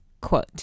quote